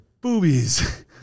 boobies